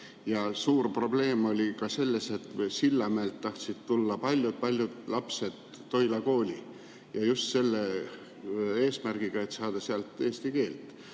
Suur probleem oli ka selles, et Sillamäelt tahtsid tulla paljud-paljud lapsed Toila kooli ja just selle eesmärgiga, et saada seal selgeks eesti keel.